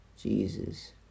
Jesus